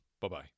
Bye-bye